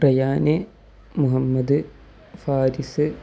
പ്രയാന് Muhammad Faris